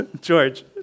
George